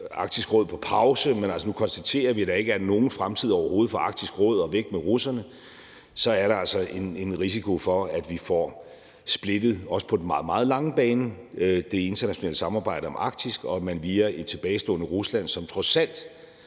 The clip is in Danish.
Arktisk Råd på pause, men at man nu konstaterer, at der overhovedet ikke er nogen fremtid for Arktisk Råd, og nu skal vi væk med russerne, så er der altså en risiko for, at man også på den meget, meget lange bane får splittet det internationale samarbejde om Arktis, og at man via et tilbagestående Rusland, som altså trods alt